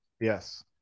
yes